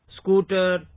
scooter